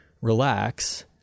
relax